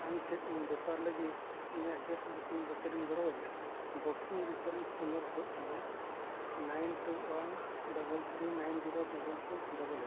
ᱟᱢ ᱪᱮᱫ ᱤᱧ ᱵᱮᱯᱟᱨ ᱞᱟᱹᱜᱤᱫ ᱤᱧᱟᱹᱜ ᱜᱮᱥ ᱵᱩᱠᱤᱝ ᱵᱟᱹᱛᱤᱞ ᱮᱢ ᱜᱚᱲᱚ ᱤᱧᱟᱹ ᱵᱩᱠᱤᱝ ᱨᱮᱯᱷᱟᱨᱮᱱᱥ ᱱᱟᱢᱵᱟᱨ ᱦᱩᱭᱩᱜ ᱠᱟᱱᱟ nine two one double three nine zero double six double eight